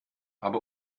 aber